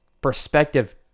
perspective